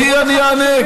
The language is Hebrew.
גברתי, אני אענה.